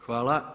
Hvala.